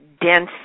dense